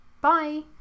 Bye